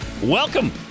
Welcome